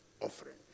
offering